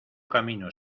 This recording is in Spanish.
camino